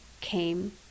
came